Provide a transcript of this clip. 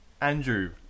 Andrew